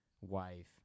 wife